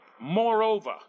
Moreover